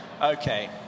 Okay